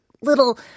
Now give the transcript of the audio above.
little